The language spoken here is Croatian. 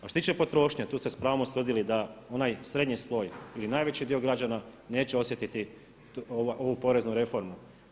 A što se tiče potrošnje, tu se s pravom utvrdili da je onaj srednji sloj ili najveći dio građana, neće osjetiti ovu poreznu reformu.